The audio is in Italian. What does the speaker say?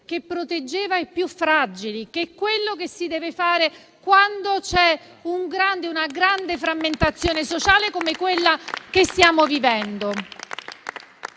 che proteggeva i più fragili, che è quello che si deve fare quando c'è una grande frammentazione sociale come quella che stiamo vivendo.